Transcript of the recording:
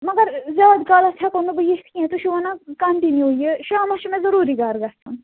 مگر زیادٕ کالَس ہٮ۪کو نہٕ بہٕ یِتھ کیٚنٛہہ تُہۍ چھُو وَنان کَنٹِنیوٗ یہِ شامَس چھُ مےٚ ضروٗری گَرٕ گژھن